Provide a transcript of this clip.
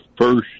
first